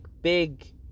big